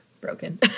broken